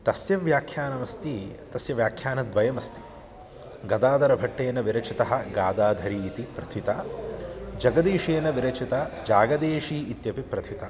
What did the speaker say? तस्य व्याख्यानमस्ति तस्य व्याख्यानद्वयमस्ति गदाधरभट्टेन विरचितः गादाधरी इति प्रथिता जगदीशेन विरचिता जागदेशी इत्यपि प्रथिता